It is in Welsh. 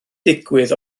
digwydd